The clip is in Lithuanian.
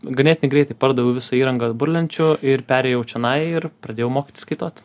ganėtinai greitai pardaviau visą įrangą burlenčių ir perėjau čionai ir pradėjau mokytis kaituot